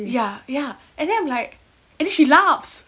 ya ya and then I'm like and then she laughs